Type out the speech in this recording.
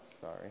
sorry